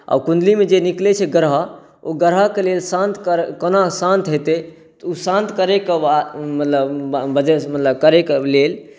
आ कुण्डलीमे जे निकलैत छै ग्रह ओ ग्रहकेँ लेल शान्त करै कोना शान्त हेतै तऽ ओ शान्त करैकेँ मतलब वजह मतलब करयके लेल